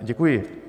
Děkuji.